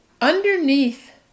underneath